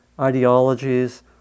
ideologies